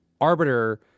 arbiter